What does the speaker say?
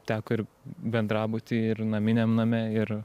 teko ir bendrabuty ir naminiam name ir